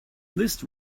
this